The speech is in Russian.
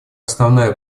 основная